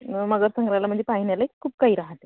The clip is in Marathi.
मगर संग्रहालयाला म्हणजे पाहण्यालायक खूप काही राहते